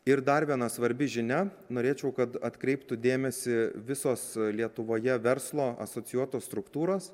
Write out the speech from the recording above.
ir dar viena svarbi žinia norėčiau kad atkreiptų dėmesį visos lietuvoje verslo asocijuotos struktūros